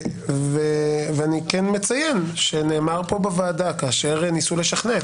אני כן מציין שנאמר פה בוועדה כאשר ניסו לשכנע את